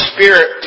Spirit